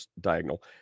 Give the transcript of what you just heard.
diagonal